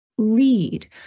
Lead